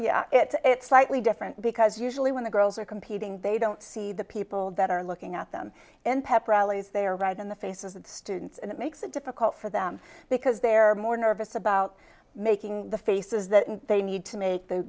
school it's slightly different because usually when the girls are competing they don't see the people that are looking at them and pep rallies they are right in the faces of students and it makes it difficult for them because they're more nervous about making the faces that they need to make the